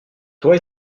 toit